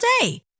day